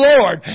Lord